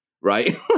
right